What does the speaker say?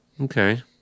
Okay